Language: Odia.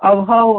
ହଉ ହଉ